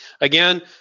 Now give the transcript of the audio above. Again